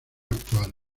actual